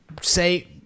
Say